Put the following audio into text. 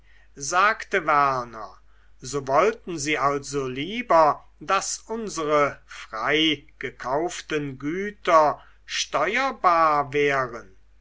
sagte werner so wollten sie also lieber daß unsere frei gekauften güter steuerbar wären